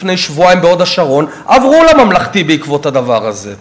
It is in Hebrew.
לפני שבועיים בהוד-השרון עברו לממלכתי בעקבות הדבר הזה,